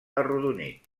arrodonit